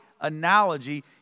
analogy